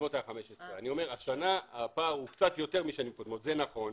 השנה הפער הוא קצת יותר משנים קודמות, זה נכון,